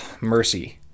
Mercy